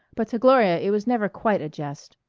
but to gloria it was never quite a jest.